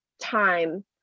time